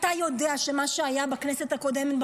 אתה יודע שמה שהיה בכנסת הקודמת,